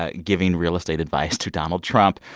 ah giving real estate advice to donald trump,